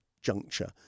juncture